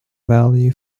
value